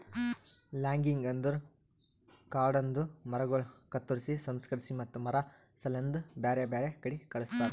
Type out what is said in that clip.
logging ಅಂದುರ್ ಕಾಡದಾಂದು ಮರಗೊಳ್ ಕತ್ತುರ್ಸಿ, ಸಂಸ್ಕರಿಸಿ ಮತ್ತ ಮಾರಾ ಸಲೆಂದ್ ಬ್ಯಾರೆ ಬ್ಯಾರೆ ಕಡಿ ಕಳಸ್ತಾರ